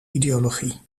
ideologie